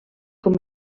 com